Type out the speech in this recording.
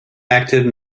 active